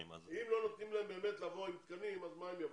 אם לא נותנים להם תקנים כשהם באים אז למה שהם יבואו?